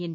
N